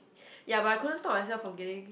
ya but I couldn't stop myself from getting